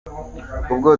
ubwo